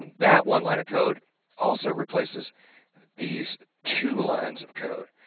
that one line of code also replaces these two lines of code.